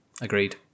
Agreed